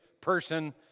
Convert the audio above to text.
person